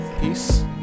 peace